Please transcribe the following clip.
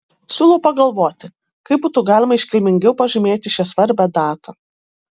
siūlau pagalvoti kaip būtų galima iškilmingiau pažymėti šią svarbią datą